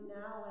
now